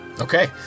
okay